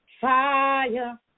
Fire